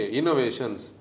innovations